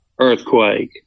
earthquake